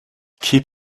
keep